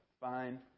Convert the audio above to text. fine